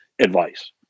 advice